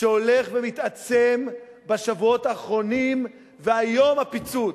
שהולך ומתעצם בשבועות האחרונים, והיום הפיצוץ.